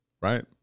right